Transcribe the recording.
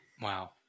wow